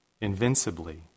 invincibly